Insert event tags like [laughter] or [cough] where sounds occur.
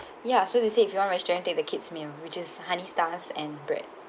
[breath] ya so they say if you want vegetarian take the kids meal which is honey stars and bread